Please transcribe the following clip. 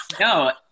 No